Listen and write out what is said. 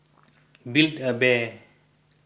Build A Bear